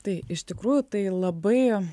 tai iš tikrųjų tai labai